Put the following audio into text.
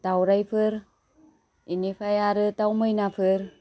दाउराइफोर बेनिफ्राय आरो दाउ मैनाफोर